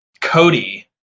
Cody